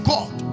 God